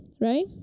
Right